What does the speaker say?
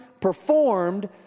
performed